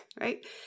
right